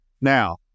Now